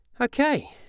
Okay